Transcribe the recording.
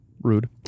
Rude